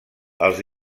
els